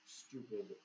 stupid